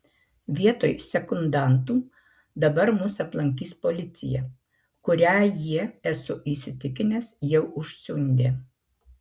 vietoj sekundantų dabar mus aplankys policija kurią jie esu įsitikinęs jau užsiundė